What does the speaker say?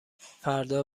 فردا